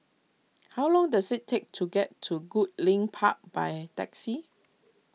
how long does it take to get to Goodlink Park by taxi